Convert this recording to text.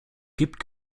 gibt